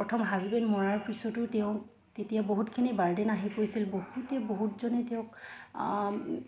প্ৰথম হাজবেণ্ড মৰাৰ পিছতো তেওঁক তেতিয়া বহুতখিনি বাৰ্ডেন আহি পৰিছিল বহুতে বহুতজনে তেওঁক